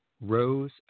rose